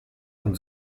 und